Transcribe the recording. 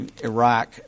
Iraq